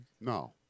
No